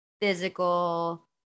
physical